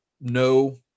no